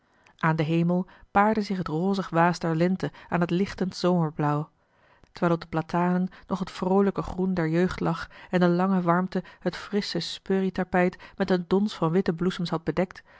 aan den hemel paarde zich het rozig waas der lente aan het lichtend zomerblauw terwijl op de platanen nog het vroolijke groen der jeugd lag en de lange warmte het frissche spurrietapijt met een dons van witte bloesems had bedekt